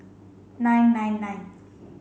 nine nine nine